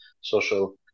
social